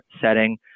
setting